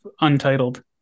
untitled